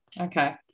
Okay